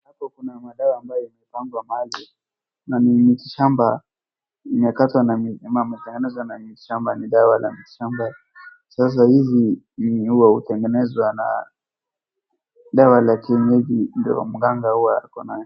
Huku kuna madawa ambayo imepangwa mahali na ni miti shamba imekatwa na mjama ameitengeneza na miti shamba ni dawa ya miti shamba sasa hizi ni hua hutengenezwa na dawa la kienyeji ndio mganga huwa ako nayo.